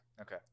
Okay